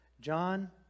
John